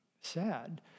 sad